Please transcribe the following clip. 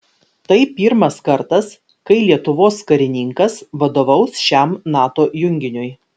tai pirmas kartas kai lietuvos karininkas vadovaus šiam nato junginiui